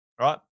right